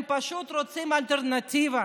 הם פשוט רוצים אלטרנטיבה,